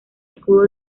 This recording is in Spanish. escudo